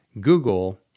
Google